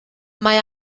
mae